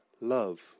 love